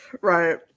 Right